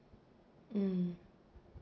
mm